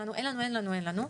אין לנו ואין לנו,